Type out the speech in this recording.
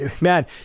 Man